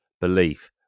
belief